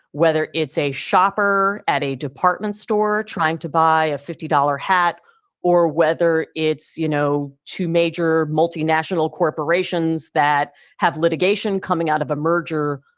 whether it's a shopper at a department store trying to buy a fifty dollar hat or whether it's, you know, two major multinational corporations that have litigation coming out of a merger,